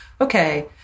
okay